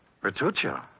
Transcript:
Bertuccio